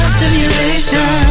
simulation